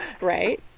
right